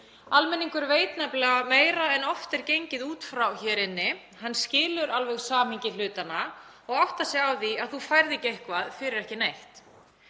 Almenningur veit nefnilega meira en oft er gengið út frá hér inni. Hann skilur alveg samhengi hlutanna og áttar sig á því að þú færð ekki eitthvað fyrir ekki neitt.